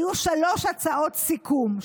היו שלוש הצעות סיכום,